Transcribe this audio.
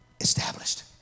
established